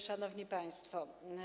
Szanowni Państwo!